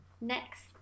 Next